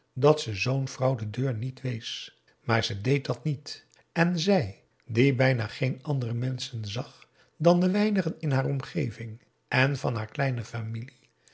dat ze zoo'n vrouw de deur niet wees maar ze deed dat niet en zij die bijna geen andere menschen zag dan de weinigen in haar omgeving en van haar kleine familie